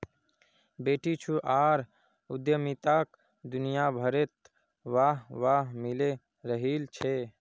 बेटीछुआर उद्यमिताक दुनियाभरत वाह वाह मिले रहिल छे